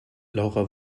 laura